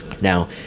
Now